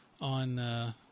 on